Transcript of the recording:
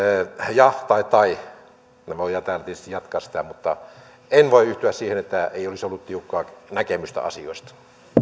ja tai me voimme täällä tietysti jatkaa sitä mutta en voi yhtyä siihen että ei olisi ollut tiukkaa näkemystä asioista